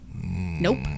nope